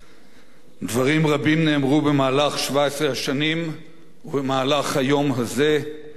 דברים רבים נאמרו במהלך 17 השנים ובמהלך היום הזה על יצחק רבין,